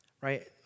Right